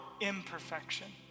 imperfection